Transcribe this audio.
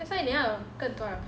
that's why you know